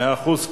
מאה אחוז.